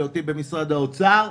בהיותי במשרד האוצר.